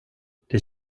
det